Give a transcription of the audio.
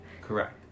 correct